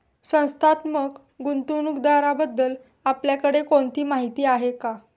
संस्थात्मक गुंतवणूकदाराबद्दल आपल्याकडे कोणती माहिती आहे?